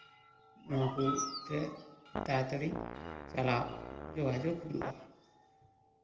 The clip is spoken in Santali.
ᱱᱚᱣᱟ ᱠᱚ ᱛᱮ ᱛᱟᱲᱟᱛᱟᱲᱤ ᱪᱟᱞᱟᱣ ᱡᱳᱜᱟᱡᱳᱜᱽ ᱦᱩᱭᱩᱜᱼᱟ